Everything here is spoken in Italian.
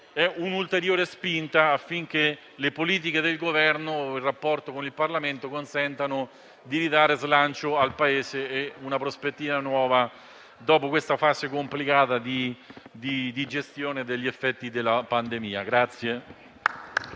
di un'ulteriore spinta affinché le politiche del Governo e il rapporto con il Parlamento consentano di ridare slancio al Paese e una prospettiva nuova dopo questa fase complicata di gestione degli effetti della pandemia.